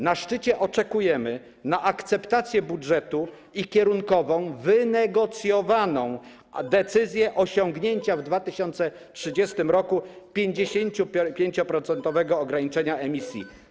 Na szczycie oczekujemy akceptacji budżetu i kierunkowej, wynegocjowanej decyzji osiągnięcia w 2030 r. 55% ograniczenia emisji.